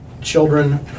Children